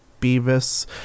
beavis